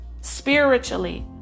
spiritually